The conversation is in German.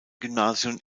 gymnasium